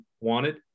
wanted